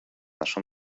naszą